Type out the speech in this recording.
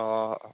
অ অ